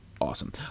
Awesome